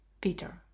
Peter